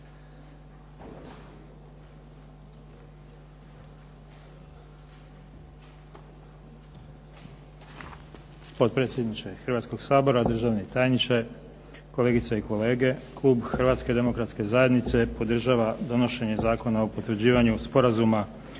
Potpredsjedniče hrvatskog Sabora, državni tajniče, kolegice i kolege. Klub Hrvatske demokratske zajednice podržava donošenje Zakona o potvrđivanju sporazuma između